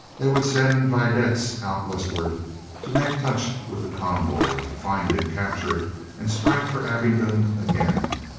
they would send vedettes out westward to make touch with the convoy, find it, capture it and strike for abingdon again.